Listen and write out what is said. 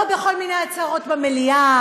לא בכל מיני הצהרות במליאה,